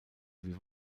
wie